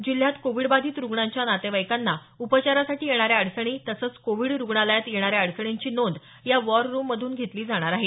जिल्ह्यात कोविडबाधित रुग्णांच्या नातेवाइकांना उपचारासाठी येणाऱ्या अडचणी तसंच कोविड रुग्णालयात येणाऱ्या अडचणींची नोंद या वॉररूममधून घेतली जाणार आहे